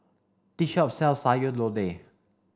this shop sells Sayur Lodeh